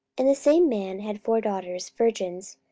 and the same man had four daughters, virgins,